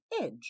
edge